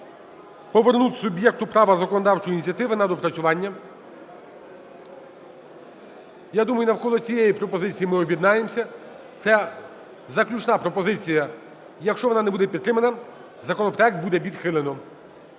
повернути суб'єкту права законодавчої ініціативи на доопрацювання. Я думаю, навколо цієї пропозиції ми об'єднаємось. Це заключна пропозиція. Якщо вона не буде підтримана, законопроект буде відхилено.